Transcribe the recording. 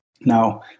now